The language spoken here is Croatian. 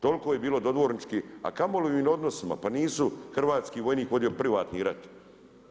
Toliko je bilo dodvorničke, a kamoli u odnosima, pa nisu hrvatski vojnik vodio privatni rat.